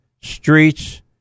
streets